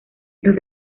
los